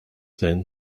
then